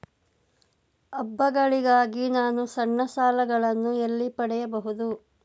ಹಬ್ಬಗಳಿಗಾಗಿ ನಾನು ಸಣ್ಣ ಸಾಲಗಳನ್ನು ಎಲ್ಲಿ ಪಡೆಯಬಹುದು?